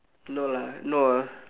no lah no ah